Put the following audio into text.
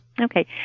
Okay